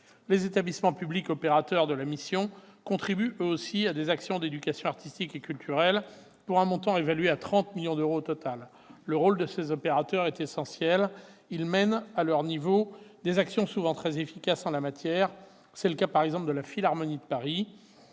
Les établissements publics opérateurs de la mission contribuent, eux aussi, à des actions d'éducation artistique et culturelle, pour un montant évalué au total à 30 millions d'euros. Le rôle de ces opérateurs est essentiel ; ils mènent, à leur niveau, des actions souvent très efficaces en la matière. C'est le cas par exemple de la Philharmonie de Paris,